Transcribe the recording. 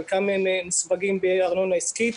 חלקם מסווגים בארנונה עסקית,